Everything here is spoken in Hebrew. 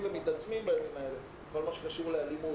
ומתעצמים בימים האלה: כל מה שקשור לאלימות,